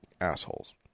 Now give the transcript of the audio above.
assholes